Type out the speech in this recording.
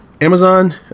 Amazon